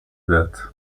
wird